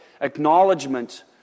acknowledgement